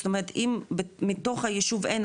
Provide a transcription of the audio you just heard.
זאת אומרת אם מתוך היישוב אין,